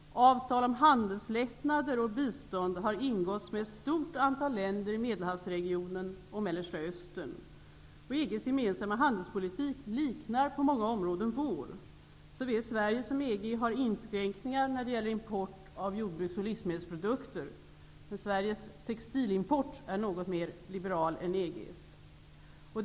Avtal om handelslättnader och bistånd har ingåtts med ett stort antal länder i Medelhavsregionen och Mellersta Östern. EG:s gemensamma handelspolitik liknar på många områden vår. Såväl Sverige som EG har inskränkningar när det gäller import av jordbruks och livsmedelsprodukter, men Sveriges textilimport är något mer liberal än EG:s.